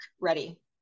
ready